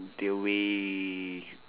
the way